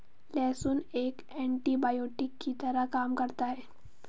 लहसुन एक एन्टीबायोटिक की तरह काम करता है